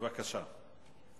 בבקשה.